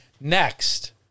Next